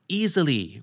easily